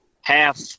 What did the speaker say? half